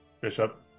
Bishop